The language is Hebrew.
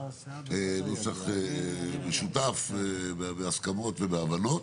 נוסח משותף בהסכמות ובהבנות,